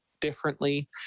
differently